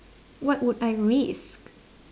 what would I risk